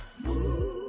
move